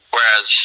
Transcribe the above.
Whereas